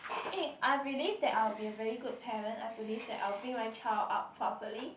eh I believe that I'll be a very good parent I believe that I'll bring my child up properly